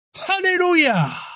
Hallelujah